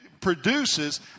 produces